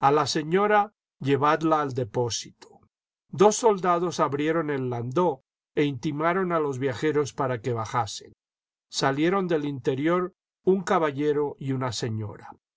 a la señora llevadla al depósito dos soldados abrieron el lando e intimaron a los viajeros para que bajasen salieron del interior un caballero y una señora